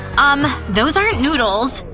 um, those aren't noodles,